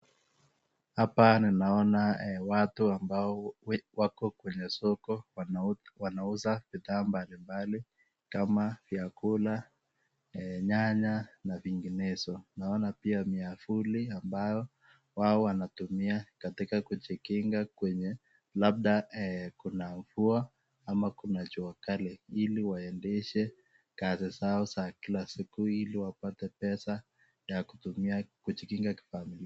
Hapa ninaona watu ambao wako kwenye soko. Wanauza bidhaa mbali mbali kama vyakula, nyanya na vinginezo. Naona pia miavuli ambao wao wanatumia katika kujikinga kwenye labda kuna mvua ama kuna jua kali, ili waendeshe kazi zao za kila siku ili wapate pesa ya kutumia kujikinga kifamilia.